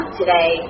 today